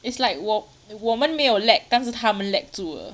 it's like 我我们没有 lag 但是他们 lag 住了